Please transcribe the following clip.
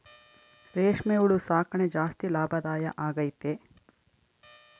ರೇಷ್ಮೆ ಹುಳು ಸಾಕಣೆ ಜಾಸ್ತಿ ಲಾಭದಾಯ ಆಗೈತೆ